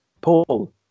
Paul